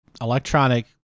electronic